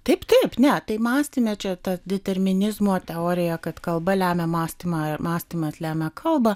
taip taip ne tai mąstyme ne čia ta determinizmo teorija kad kalba lemia mąstymą ir mąstymas lemia kalbą